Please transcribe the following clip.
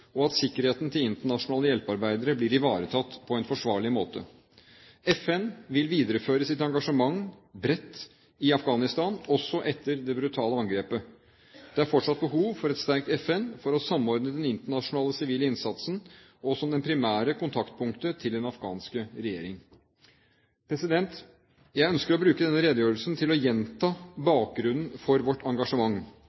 og at sikkerheten til internasjonale hjelpearbeidere blir ivaretatt på en forsvarlig måte. FN vil videreføre sitt engasjement bredt i Afghanistan også etter det brutale angrepet. Det er fortsatt behov for et sterkt FN for å samordne den internasjonale sivile innsatsen, og som det primære kontaktpunktet til den afghanske regjering. Jeg ønsker å bruke denne redegjørelsen til å gjenta